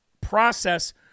process